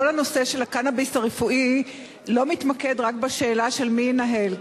כל הנושא של הקנאביס הרפואי לא מתמקד רק בשאלה של מי ינהל,